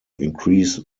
increase